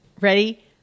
Ready